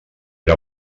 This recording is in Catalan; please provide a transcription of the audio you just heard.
era